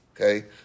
okay